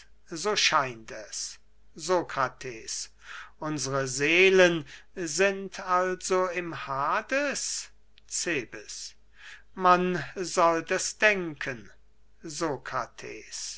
so scheint es sokrates unsre seelen sind also im hades cebes man sollt es denken